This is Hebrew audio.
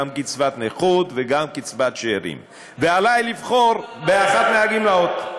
קצבת נכות וגם קצבת שאירים ועלי לבחור באחת מהגמלאות.